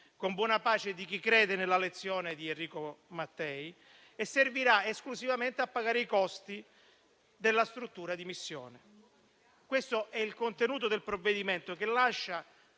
con buona pace di chi crede nella lezione di Enrico Mattei, e servirà esclusivamente a pagare i costi della struttura di missione. Questo è il contenuto del provvedimento, che lascia